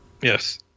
yes